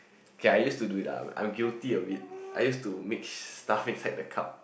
okay I used to do it lah I'm guilty of it I used to mix stuff inside the cup